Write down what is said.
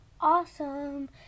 awesome